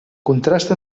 contrast